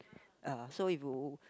uh so if you